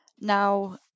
Now